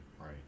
right